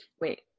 Wait